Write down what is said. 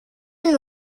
and